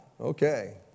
Okay